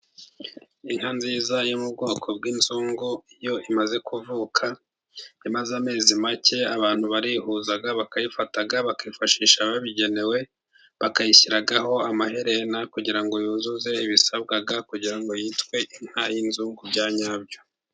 Inka nziza yo mu bwoko bw'inzungu, iyo imaze kuvuka imaze amezi make, abantu barihuza bakayifata, bakifashisha ababigenewe, bakayishyiraho amaherena, kugira ngo yuzuze ibisabwa kugira ngo yitwe inka y'inzugu bya nyabyo.